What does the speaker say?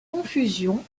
confusion